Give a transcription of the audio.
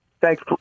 Thanks